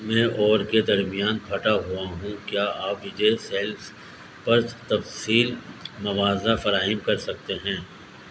میں اور کے درمیان پھٹا ہوا ہوں کیا آپ وجے سیلز پر تفصیل موازنہ فراہم کر سکتے ہیں